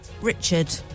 Richard